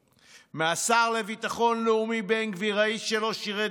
מהשר לביטחון לאומי בן גביר, האיש שלא שירת בצה"ל,